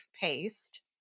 paste